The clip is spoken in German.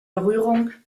berührung